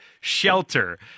Shelter